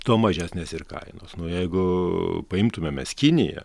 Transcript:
tuo mažesnės ir kainos nu jeigu paimtume mes kiniją